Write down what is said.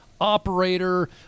operator